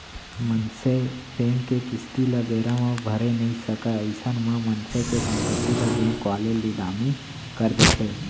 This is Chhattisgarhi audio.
मनसे बेंक के किस्ती ल बेरा म भरे नइ सकय अइसन म मनसे के संपत्ति ल बेंक वाले लिलामी कर देथे